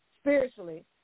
Spiritually